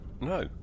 No